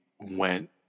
went